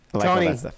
Tony